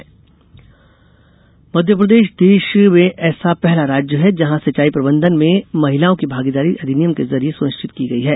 महिला भागीदारी मध्यप्रदेश देश में ऐसा पहला राज्य है जहाँ सिंचाई प्रबंधन में महिलाओं की भागीदारी अधिनियम के जरिये सुनिश्चित की गयी है